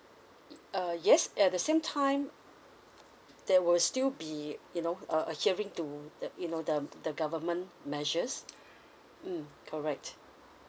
uh yes at the same time there will still be you know uh adhering to the you know the the government measures mm correct